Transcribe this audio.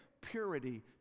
purity